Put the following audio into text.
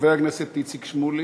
חבר הכנסת איציק שמולי,